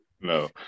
No